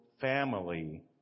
family